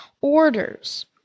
orders